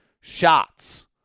shots